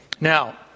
Now